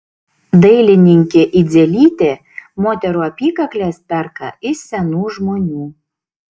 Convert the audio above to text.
dailininkė idzelytė moterų apykakles perka iš senų žmonių